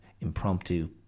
impromptu